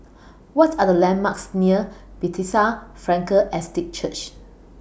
What Are The landmarks near Bethesda Frankel Estate Church